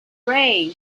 ray